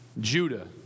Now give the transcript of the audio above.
Judah